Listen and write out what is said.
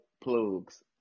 plugs